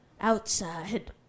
Outside